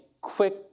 quick